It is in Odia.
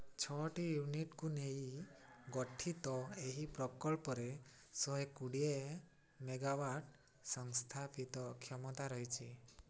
ଛଅଟି ୟୁନିଟ୍କୁ ନେଇ ଗଠିତ ଏହି ପ୍ରକଳ୍ପରେ ଶହେ କୁଡ଼ିଏ ମେଗାୱାଟ୍ ସଂସ୍ଥାପିତ କ୍ଷମତା ରହିଛି